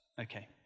Okay